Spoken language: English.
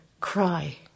cry